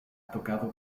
tocado